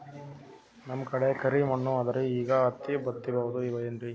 ನಮ್ ಕಡೆ ಕರಿ ಮಣ್ಣು ಅದರಿ, ಈಗ ಹತ್ತಿ ಬಿತ್ತಬಹುದು ಏನ್ರೀ?